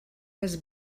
has